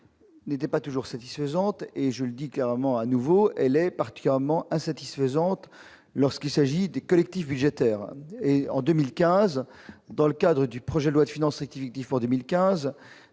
n'étaient pas toujours satisfaisantes et je le dis clairement, à nouveau, elle est partie, roman à satisfaisante lorsqu'il s'agit des collectifs budgétaires et en 2015 dans le cadre du projet de loi de finances active, il faut 2015